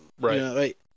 right